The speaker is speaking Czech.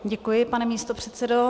Děkuji, pane místopředsedo.